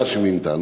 שמינתה.